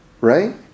right